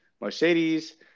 Mercedes